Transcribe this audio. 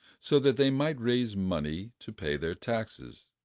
so that they might raise money to pay their taxes.